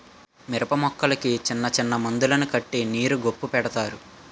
మిరపమొక్కలకి సిన్నసిన్న మందులను కట్టి నీరు గొప్పు పెడతారు